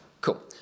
Cool